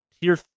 Tier